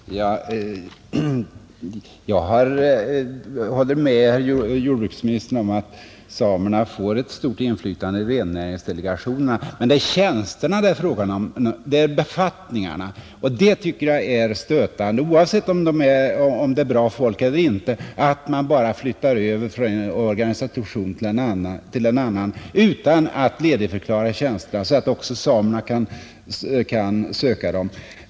Fru talman! Jag håller med jordbruksministern om att samerna får ett stort inflytande som ledamöter i rennäringsdelegationerna, men det är de fasta befattningarna det gäller i detta sammanhang. Jag tycker att det är stötande — oavsett om det är bra folk eller inte — att tjänstemännen bara flyttas över från en organisation till en annan utan att tjänsterna ledigförklaras, så att också samerna kan söka dem.